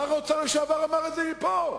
שר האוצר לשעבר אמר את זה פה.